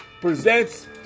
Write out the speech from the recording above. presents